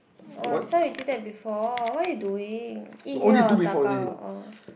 oh this one we did that before what you doing eat here or dabao oh